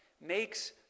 makes